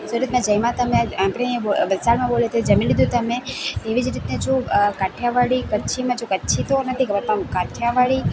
સુરતમાં જમ્યા તમે આપણે વલસાડમાં બોલે તે જમી લીધું તમે એવી જ રીતે જો કાઠિયાવાડી કચ્છીમાં જો કચ્છી તો નથી ખબર પણ કાઠિયાવાડી